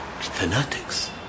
Fanatics